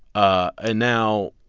ah and now,